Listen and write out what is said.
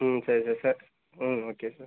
ம் சரி sir sir ம் ஓகே சார்